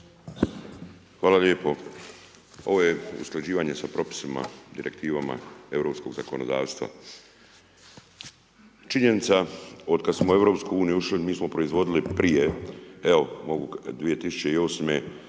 Hvala lijepo. Ovo je usklađivanje sa propisima, direktivama europskog zakonodavstva. Činjenica otkad smo u EU-u ušli, mi smo proizvodili prije evo